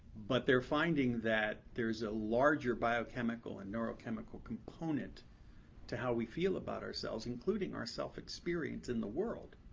but they're finding that there is a larger biochemical and neuro-chemical component to how we feel about ourselves, including our self-experience in the world.